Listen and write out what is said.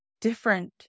different